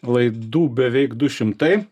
laidų beveik du šimtai